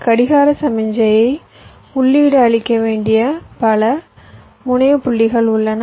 கடிகார சமிக்ஞையை உள்ளீடு அளிக்க வேண்டிய பல முனைய புள்ளிகள் உள்ளன